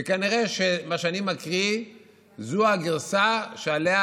וכנראה שמה שאני מקריא זה הגרסה שעליה